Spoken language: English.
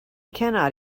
cannot